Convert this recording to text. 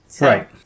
Right